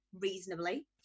reasonably